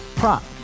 prop